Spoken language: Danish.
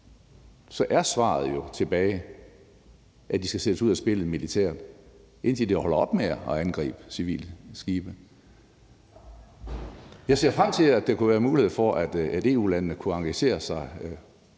Så er svaret jo, at de skal sættes ud af spillet militært, indtil de holder op med at angribe civile skibe. Jeg ser frem til, at der kunne komme mulighed for, at EU-landene på et